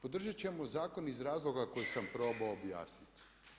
Podržat ćemo zakon iz razloga koji sam probao objasnit.